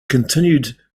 continued